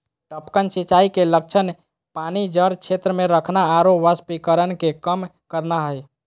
टपकन सिंचाई के लक्ष्य पानी जड़ क्षेत्र में रखना आरो वाष्पीकरण के कम करना हइ